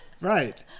Right